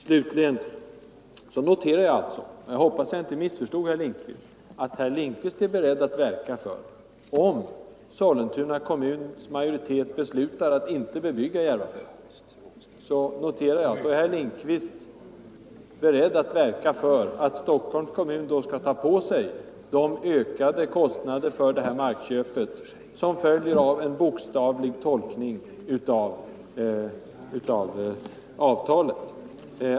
Slutligen noterar jag att herr Lindkvist — jag hoppas att jag inte missförstod honom =— är beredd att, om Sollentuna kommuns majoritet beslutar att inte bebygga Järvafältet, verka för att Stockholms kommun skall ta på sig de ökade kostnader för markköpet som följer av en bokstavlig tolkning av avtalet.